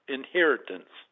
inheritance